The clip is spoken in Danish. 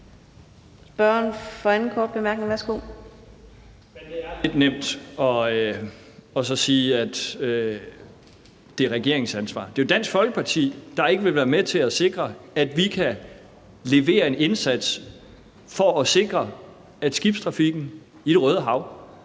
Det er lidt nemt at sige, at det er regeringens ansvar. Det er jo Dansk Folkeparti, der ikke vil være med til at sikre, at vi kan levere en indsats for at sikre, at skibstrafikken i Det Røde Hav